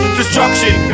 destruction